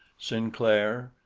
sinclair,